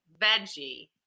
veggie